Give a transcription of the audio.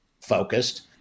focused